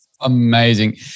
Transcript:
amazing